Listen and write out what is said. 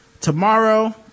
tomorrow